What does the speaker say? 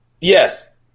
Yes